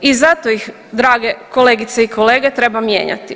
I zato ih drage kolegice i kolege treba mijenjati.